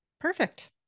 Perfect